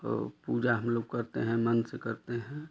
वह पूजा हम लोग करते हैं मन से करते हैं